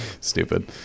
Stupid